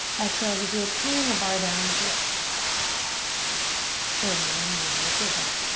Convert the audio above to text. exhale as if you're pulling a bar down here. ah good and one more. with your breath.